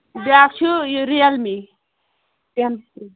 بیٛاکھ چھُ یہِ رِیَل می ٹین